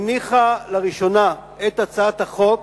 הניחה לראשונה את הצעת החוק